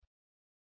B